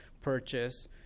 purchase